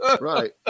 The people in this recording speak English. Right